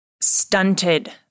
stunted